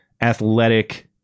athletic